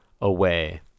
away